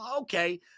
Okay